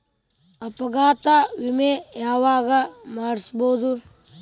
ಅಪಘಾತ ವಿಮೆ ಯಾವಗ ಮಾಡಿಸ್ಬೊದು?